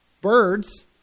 birds